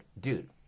dude